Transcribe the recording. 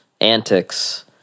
antics